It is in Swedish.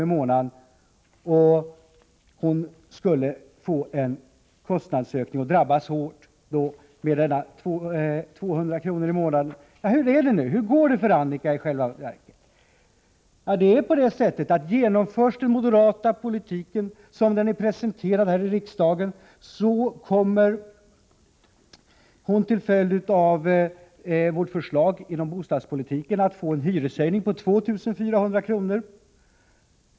i månaden, och hon skulle få en kostnadsökning och drabbas hårt av dessa 200 kr. i månaden. Ja, hur är det nu? Hur går det i själva verket för Annika? Genomförs den moderata politiken som den är presenterad här i riksdagen, så kommer hon till följd av vårt förslag inom bostadspolitiken att få en hyreshöjning på 2 400 kr.